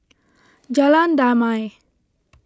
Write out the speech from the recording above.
Jalan Damai